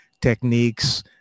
techniques